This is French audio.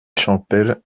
champel